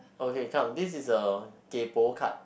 okay come this is a kaypoh card